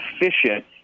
efficient